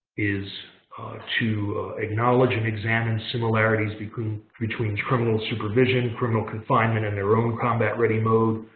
is to acknowledge and examine similarities between between criminal supervision, criminal confinement, and their own combat ready mode.